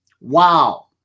Wow